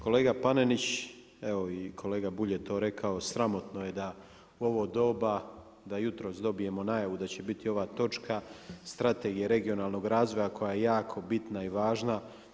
Kolega Panenić, evo i kolega Bulj je to rekao, sramotno je da u ovo doba, da jutros dobijemo najavu da će biti ova točka Strategije regionalnog razvoja je jako bitna i važna.